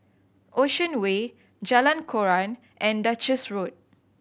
Ocean Way Jalan Koran and Duchess Road